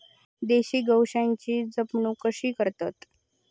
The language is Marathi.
देशी गोवंशाची जपणूक कशी करतत?